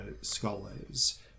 scholars